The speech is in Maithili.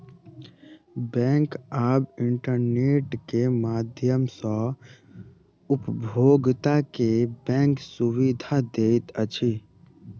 बैंक आब इंटरनेट के माध्यम सॅ उपभोगता के बैंक सुविधा दैत अछि